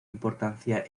importancia